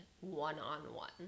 one-on-one